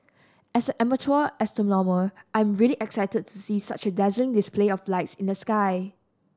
as an amateur astronomer I am really excited to see such a dazzling display of lights in the sky